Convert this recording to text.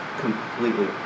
completely